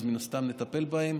מן הסתם נטפל בהן,